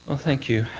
thank you.